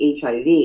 HIV